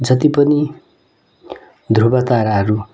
जति पनि ध्रुबताराहरू